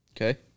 Okay